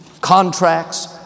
Contracts